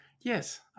Yes